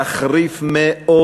תחריף מאוד